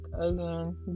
again